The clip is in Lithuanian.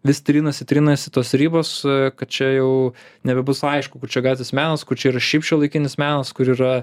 vis trinasi trinasi tos ribos kad čia jau nebebus aišku kur čia gatvės menas kur čia yra šiaip šiuolaikinis menas kur yra